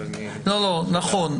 נכון.